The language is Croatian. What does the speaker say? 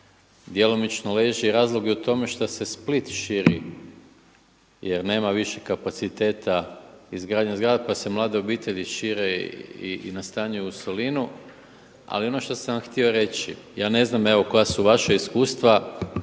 djelomično leži razlog i u tome što se Split širi, jer nema više kapaciteta izgradnje zgrada pa se mlade obitelji šire i na stanje u Solinu. Ali ono što sam htio reći, ja ne znam evo koja su vaša iskustva